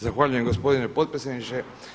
Zahvaljujem gospodine potpredsjedniče.